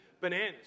bananas